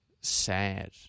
sad